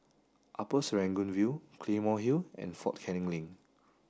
Upper Serangoon View Claymore Hill and Fort Canning Link